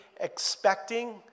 expecting